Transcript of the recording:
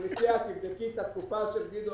אני מציע שתבדקי את התקופה של גדעון.